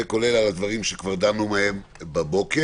כולל על הדברים שכבר דנו בהם הבוקר.